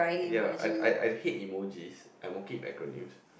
ya I I I hate emojis I'm okay with acronyms